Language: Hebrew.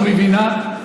את לא מבינה?